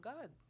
God